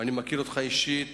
ואני מכיר אותך אישית